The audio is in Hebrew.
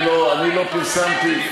אני לא פרסמתי.